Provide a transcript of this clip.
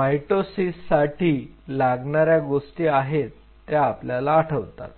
mitosis साठी लागणारे गोष्टी आहेत त्या आपल्याला आठवतात